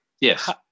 Yes